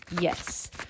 yes